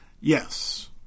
Yes